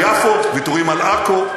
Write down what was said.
ויתורים על יפו, ויתורים על עכו,